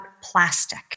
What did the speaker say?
plastic